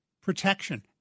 protection